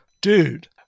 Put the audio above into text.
Dude